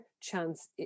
chance